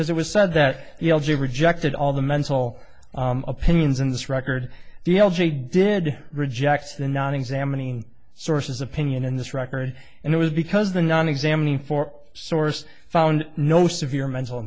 because it was said that l j rejected all the mental opinions in this record the l g did rejects the non examining sources opinion in this record and it was because the non examining for source found no severe mental